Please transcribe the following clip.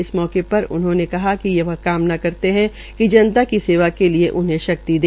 इस अवसर पर उन्होंने कहा कि वह कामना करते है कि जनता की सेवा के लिए उन्हें शक्ति दे